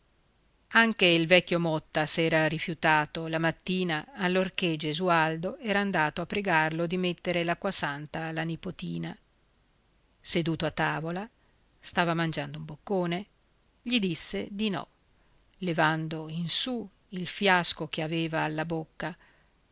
anche il vecchio motta s'era rifiutato la mattina allorché gesualdo era andato a pregarlo di mettere l'acquasanta alla nipotina seduto a tavola stava mangiando un boccone gli disse di no levando in su il fiasco che aveva alla bocca